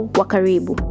wakaribu